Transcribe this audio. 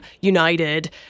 United